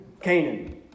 Canaan